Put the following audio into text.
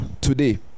today